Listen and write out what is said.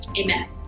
amen